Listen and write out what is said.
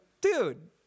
dude